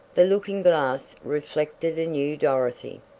the looking glass reflected a new dorothy!